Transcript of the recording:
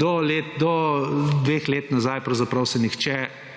do dveh let nazaj pravzaprav se nihče,